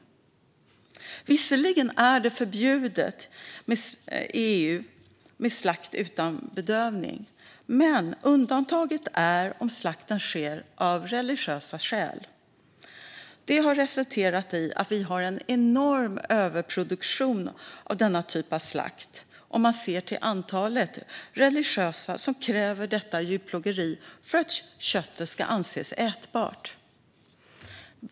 Visserligen är det förbjudet i EU med slakt utan bedövning, men undantaget är om slakten sker av religiösa skäl. Detta har resulterat i att vi har en enorm överproduktion av denna typ av slakt sett till antalet religiösa som kräver detta djurplågeri för att köttet ska anses ätbart.